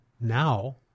now